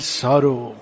sorrow